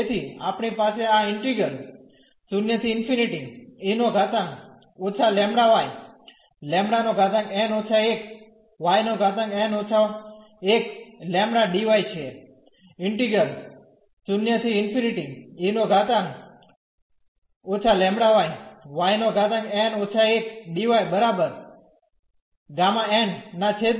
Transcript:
તેથી આપણી પાસે આ ઈન્ટિગ્રલ છે